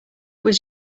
was